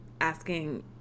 asking